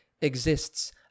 exists